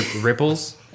ripples